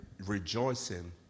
rejoicing